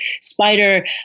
spider